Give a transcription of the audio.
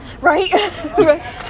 Right